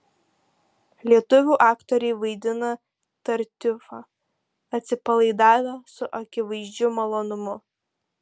lietuvių aktoriai vaidina tartiufą atsipalaidavę su akivaizdžiu malonumu